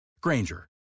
Granger